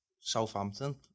Southampton